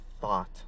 thought